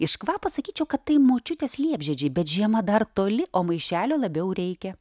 iš kvapo sakyčiau kad tai močiutės liepžiedžiai bet žiema dar toli o maišelio labiau reikia